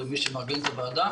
למי שמארגן את הוועדה.